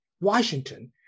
Washington